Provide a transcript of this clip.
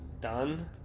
done